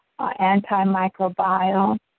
antimicrobial